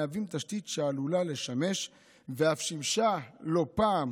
מהווים תשתית שעלולה לשמש ואף שימשה לא פעם